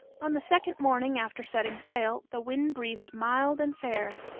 on the second morning after setting sail, the wind breathed mild and fair.